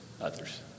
others